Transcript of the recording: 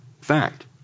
Fact